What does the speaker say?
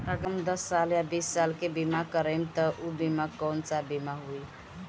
अगर हम दस साल या बिस साल के बिमा करबइम त ऊ बिमा कौन सा बिमा होई?